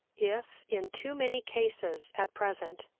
if, in too many cases at present,